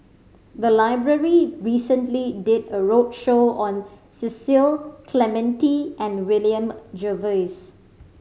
the library recently did a roadshow on Cecil Clementi and William Jervois